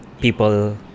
people